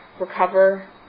recover